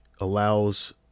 allows